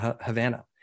Havana